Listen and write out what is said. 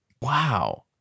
wow